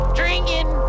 drinking